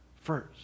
first